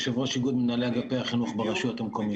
יושב-ראש איגוד מנהלי אגפי החינוך ברשויות המקומיות.